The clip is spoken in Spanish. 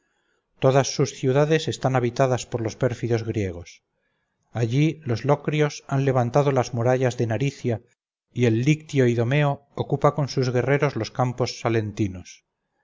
todas sus ciudades están habitadas por los pérfidos griegos allí los locrios han levantado las murallas de naricia y el lictio idomeo ocupa con sus guerreros los campos salentinos